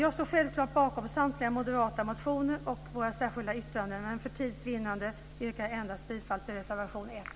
Jag står självklart bakom samtliga moderata motioner och våra särskilda yttranden, men för tids vinnande yrkar jag bifall endast till reservation 1.